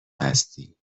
هستی